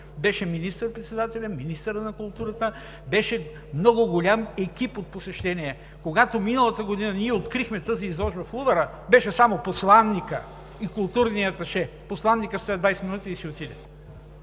беше министър-председателят, министърът на културата, беше много голям екип на посещение. А когато миналата година ние открихме тази изложба в Лувъра, беше само посланикът и културното аташе. Посланикът стоя 20 минути и си отиде.